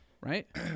right